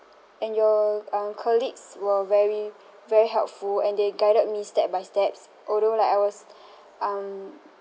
and your um colleagues were very very helpful and they guided me step by steps although like I was um